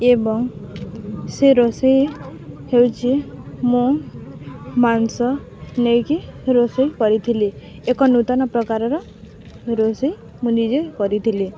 ଏବଂ ସେ ରୋଷେଇ ହେଉଛି ମୁଁ ମାଂସ ନେଇକି ରୋଷେଇ କରିଥିଲି ଏକ ନୂତନ ପ୍ରକାରର ରୋଷେଇ ମୁଁ ନିଜେ କରିଥିଲି